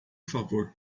favor